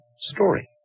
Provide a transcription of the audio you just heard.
story